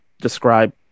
describe